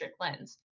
lens